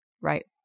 Right